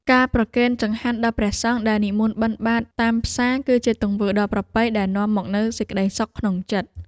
ការប្រគេនចង្ហាន់ដល់ព្រះសង្ឃដែលនិមន្តបិណ្ឌបាតតាមផ្សារ គឺជាទង្វើដ៏ប្រពៃដែលនាំមកនូវសេចក្ដីសុខក្នុងចិត្ត។